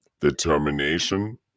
Determination